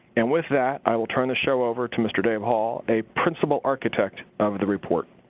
and with that, i will turn the show over to mr. dave holl, a principle architect of the report.